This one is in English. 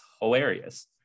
hilarious